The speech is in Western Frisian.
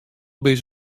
binne